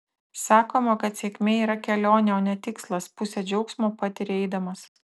sakoma kad sėkmė yra kelionė o ne tikslas pusę džiaugsmo patiri eidamas